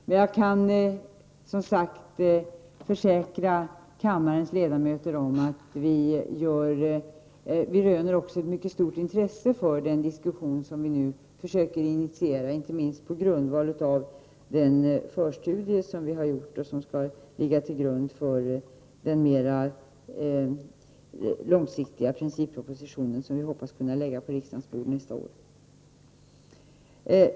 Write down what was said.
Men jag försäkrar, som sagt, kammarens ledamöter om att vi röner ett mycket stort intresse för den diskussion som vi nu försöker initiera — inte minst på grundval av den förstudie som vi har gjort och som skall ligga till grund för den mer långsiktiga principproposition som vi hoppas kunna lägga på riksdagens bord nästa år.